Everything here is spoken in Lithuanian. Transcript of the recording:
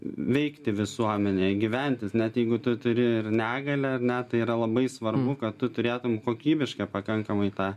veikti visuomenėje gyventi net jeigu tu turi ir negalią ar ne tai yra labai svarbu kad tu turėtum kokybišką pakankamai tą